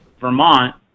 Vermont